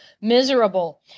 miserable